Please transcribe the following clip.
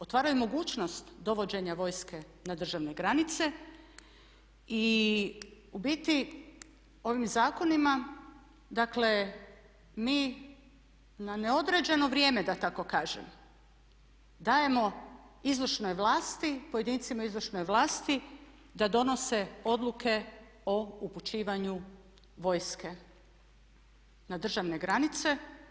Otvaraju mogućnost dovođenja vojske na državne granice i u biti ovim zakonima, dakle mi na neodređeno vrijeme da tako kažem dajemo izvršnoj vlasti, pojedincima u izvršnoj vlasti da donose odluke o upućivanju vojske na državne granice.